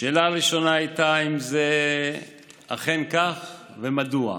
שאלה ראשונה הייתה אם זה אכן כך ומדוע.